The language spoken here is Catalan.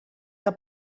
que